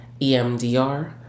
EMDR